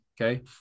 Okay